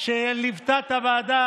שליוותה את הוועדה,